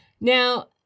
Now